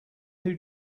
who